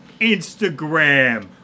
Instagram